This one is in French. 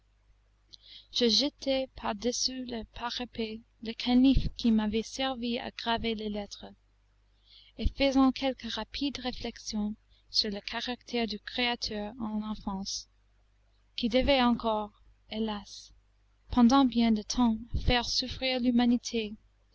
je jetai par dessus le parapet le canif qui m'avait servi à graver les lettres et faisant quelques rapides réflexions sur le caractère du créateur en enfance qui devait encore hélas pendant bien de temps faire souffrir l'humanité